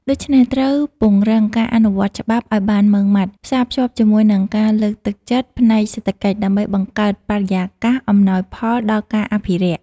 ដូច្នេះ ត្រូវពង្រឹងការអនុវត្តច្បាប់ឱ្យបានម៉ឺងម៉ាត់ ផ្សារភ្ជាប់ជាមួយនឹងការលើកទឹកចិត្តផ្នែកសេដ្ឋកិច្ចដើម្បីបង្កើតបរិយាកាសអំណោយផលដល់ការអភិរក្ស។